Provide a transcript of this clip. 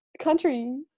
country